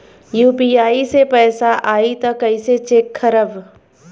UPI से पैसा आई त कइसे चेक खरब?